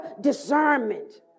discernment